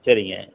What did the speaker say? சரிங்க